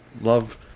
Love